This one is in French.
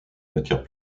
matière